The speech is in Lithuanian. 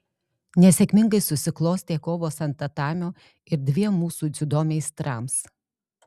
nesėkmingai susiklostė kovos ant tatamio ir dviem mūsų dziudo meistrams